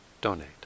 donate